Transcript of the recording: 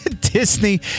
Disney